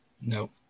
Nope